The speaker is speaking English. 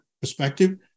perspective